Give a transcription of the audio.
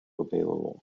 available